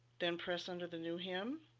then press under the new hem